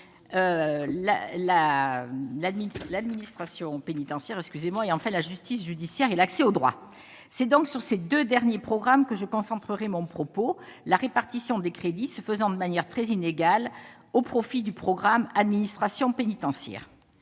l'administration pénitentiaire, excusez-moi, et en fait, la justice judiciaire et l'accès au droit, c'est donc sur ces 2 derniers programmes que je concentrerai mon propos : la répartition des crédits se faisant de manière très inégale au profit du programme Administration pénitentiaire,